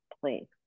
place